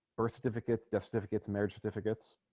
birth certificates death certificates marriage certificates